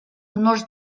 honors